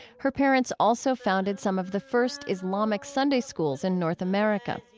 her parents also founded some of the first islamic sunday schools in north america.